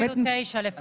אולי אפילו גיל תשע.